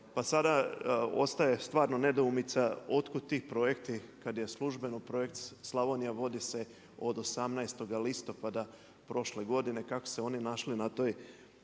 Pa sada ostaje stvarno nedoumica otkud ti projekti kada je službeno projekt Slavonija vodi se od 18.-oga listopada prošle godine kako su se oni našli na toj